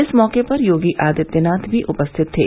इस मौके पर योगी आदित्यनाथ भी उपस्थित थे